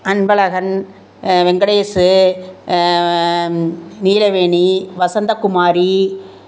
Anbazhagan Venkatesh Neelaveni Vasanthakumari